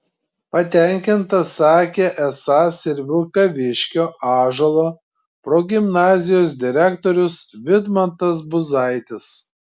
patenkintas sakė esąs ir vilkaviškio ąžuolo progimnazijos direktorius vidmantas buzaitis